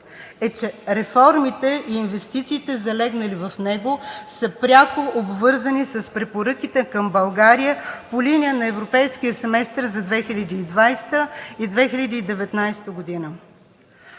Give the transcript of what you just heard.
е, че реформите и инвестициите, залегнали в него, са пряко обвързани с препоръките към България по линия на Европейския семестър за 2020-а и 2019 г.